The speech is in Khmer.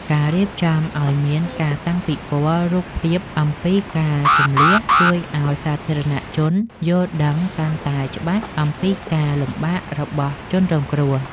ការរៀបចំឱ្យមានការតាំងពិព័រណ៍រូបភាពអំពីការជម្លៀសជួយឱ្យសាធារណជនយល់ដឹងកាន់តែច្បាស់អំពីការលំបាករបស់ជនរងគ្រោះ។